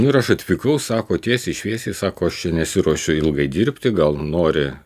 ir aš atvykau sako tiesiai šviesiai sako aš nesiruošiu ilgai dirbti gal nori